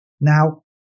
Now